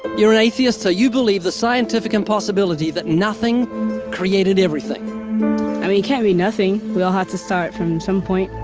you're an atheist, so you believe the scientific impossibility that nothing created everything? i mean, it can't be nothing. we all have to start from some point.